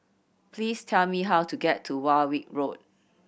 please tell me how to get to Warwick Road